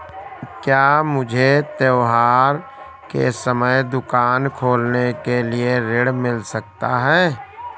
क्या मुझे त्योहार के समय दुकान खोलने के लिए ऋण मिल सकता है?